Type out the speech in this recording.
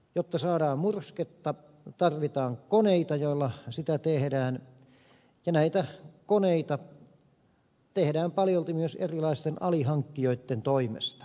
jotta saadaan mursketta tarvitaan koneita joilla sitä tehdään ja näitä koneita tehdään paljolti myös erilaisten alihankkijoitten toimesta